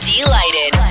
Delighted